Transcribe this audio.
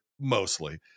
mostly